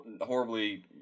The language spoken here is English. horribly